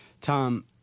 Tom